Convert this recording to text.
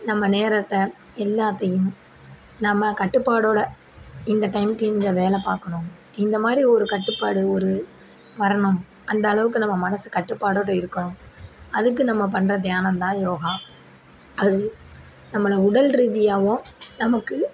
நம்ம நேரத்தை எல்லாத்தையும் நம்ம கட்டுப்பாடோடு இந்த டைமுக்கு இங்கே வேலை பார்க்கணும் இந்தமாதிரி ஒரு கட்டுப்பாடு ஒரு வரணும் அந்தளவுக்கு நம்ம மனசு கட்டுப்பாடோடு இருக்கணும் அதுக்கு நம்ம பண்ணுற தியானம் தான் யோகா அது நம்மளை உடல் ரீதியாகவும் நமக்கு